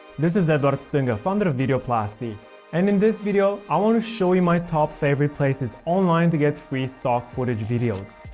this is eduard stinga, founder of videoplasty and in this video, i want to show you my top favourite places online to get free stock footage videos.